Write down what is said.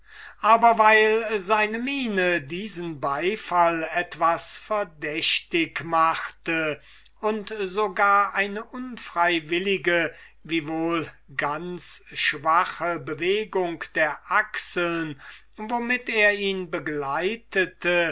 aber weil seine miene diesen beifall etwas verdächtig machte und sogar eine unfreiwillige wie wohl ganz schwache bewegung der achseln womit er ihn begleitete